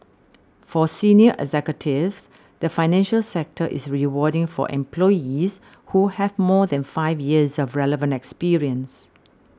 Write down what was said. for senior executives the financial sector is rewarding for employees who have more than five years of relevant experience